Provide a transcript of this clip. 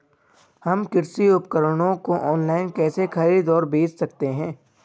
हम कृषि उपकरणों को ऑनलाइन कैसे खरीद और बेच सकते हैं?